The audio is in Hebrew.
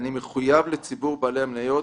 אני מחויב לציבור בעלי המניות